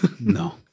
no